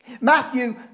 Matthew